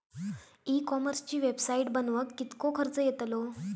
E कॉमर्सची website बनवक किततो खर्च येतलो?